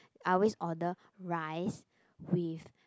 I always order rice with